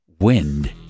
Wind